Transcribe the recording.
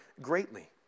greatly